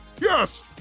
Yes